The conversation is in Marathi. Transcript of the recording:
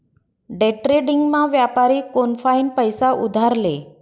डेट्रेडिंगमा व्यापारी कोनफाईन पैसा उधार ले